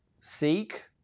Seek